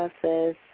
process